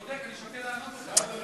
אני בודק, אני שוקל לענות לך.